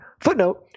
Footnote